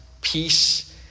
peace